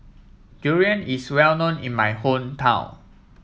Durian is well known in my hometown